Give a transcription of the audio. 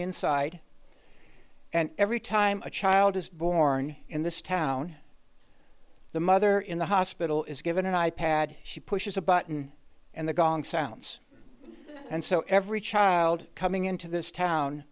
inside and every time a child is born in this town the mother in the hospital is given an i pad she pushes a button and the gong sounds and so every child coming into this town